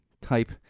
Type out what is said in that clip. type